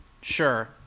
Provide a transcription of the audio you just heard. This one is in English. Sure